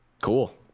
cool